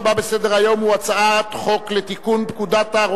(תיקון מס'